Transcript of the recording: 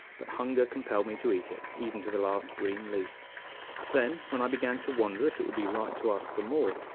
but hunger compelled me to eat it even to the last green leaf then, when i began to wonder if it would be right to ask for more,